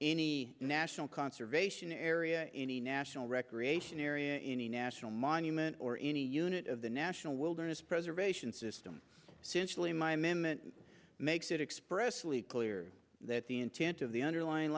any national conservation area any national recreation area any national monument or any unit of the national wilderness preservation system since really my makes it expressly clear that the intent of the underlying